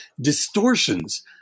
distortions